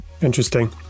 Interesting